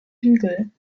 hügel